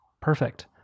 Perfect